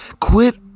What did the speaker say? Quit